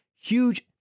Huge